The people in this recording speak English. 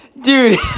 Dude